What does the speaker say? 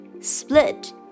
split